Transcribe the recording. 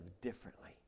differently